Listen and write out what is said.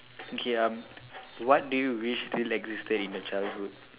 okay uh what do you wish still existed in your childhood